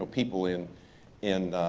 people in in